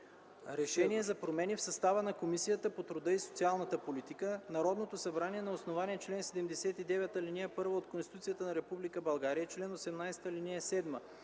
„РЕШЕНИЕ за промени в състава на Комисията по труда и социалната политика Народното събрание, на основание чл. 79, ал. 1 от Конституцията на Република България и чл. 18, ал. 7,